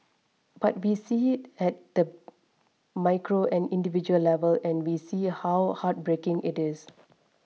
but we see it at at the micro and individual level and we see how heartbreaking it is